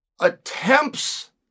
attempts